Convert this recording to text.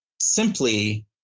simply